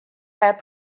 had